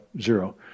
zero